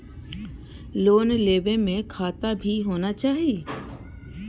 Loan लेबे में खाता भी होना चाहि?